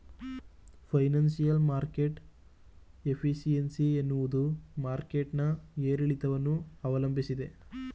financial market efficiency ಎನ್ನುವುದು market ನ ಏರಿಳಿತವನ್ನು ಅವಲಂಬಿಸಿದೆ